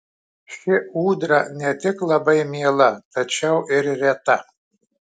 ši ūdra ne tik labai miela tačiau ir reta